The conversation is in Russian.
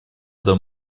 для